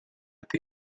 sit